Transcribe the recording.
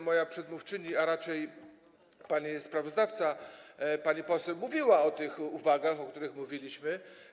Moja przedmówczyni, a raczej pani sprawozdawca, pani poseł mówiła o tych uwagach, o których mówiliśmy.